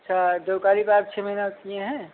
अच्छा जो करीब आप छः महीना किए हैं